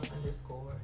underscore